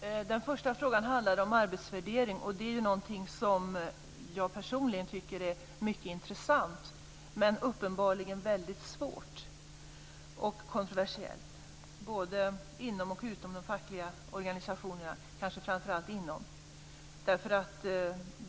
Herr talman! Den första frågan handlade om arbetsvärdering. Det är någonting som jag personligen tycker är mycket intressant, men uppenbarligen väldigt svårt och kontroversiellt, både inom och utom de fackliga organisationerna - kanske framför allt inom.